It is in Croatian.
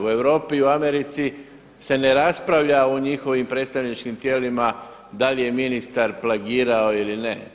U Europi, u Americi se ne raspravlja o njihovim predstavničkim tijelima da li je ministar plagirao ili ne.